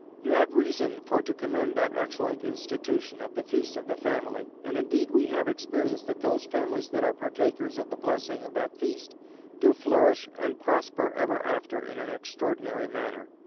you have reason for to commend that excellent institution of the feast of the family. and indeed we have experience that those families that are partakers of the blessing of that feast do flourish and prosper ever after in an extraordinary manner.